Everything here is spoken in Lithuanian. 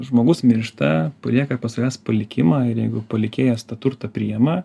žmogus miršta palieka po savęs palikimą ir jeigu palikėjas tą turtą priema